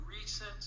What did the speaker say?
recent